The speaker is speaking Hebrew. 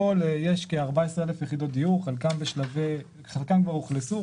כ-14,000 יחידות דיור - חלקן כבר אוכלסו,